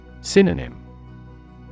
Synonym